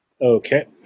Okay